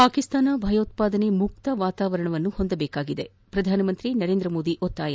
ಪಾಕಿಸ್ತಾನ ಭಯೋತ್ಪಾದನೆ ಮುಕ್ತ ವಾತಾವರಣವನ್ನು ಹೊಂದಬೇಕಾಗಿದೆ ಪ್ರಧಾನಮಂತ್ರಿ ನರೇಂದ್ರ ಮೋದಿ ಒತ್ತಾಯ